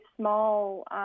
small